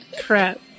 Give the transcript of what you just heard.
Crap